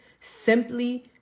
simply